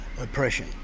oppression